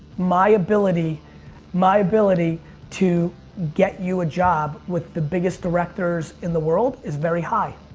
my ability my ability to get you a job with the biggest directors in the world is very high.